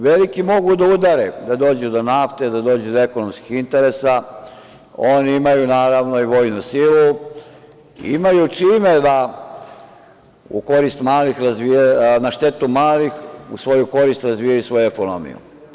Veliki mogu da udare da dođu do nafte, da dođu do ekonomskih interesa, oni imaju, naravno, i vojnu silu, imaju čime da na štetu malih, a u svoju korist, razvijaju svoju ekonomiju.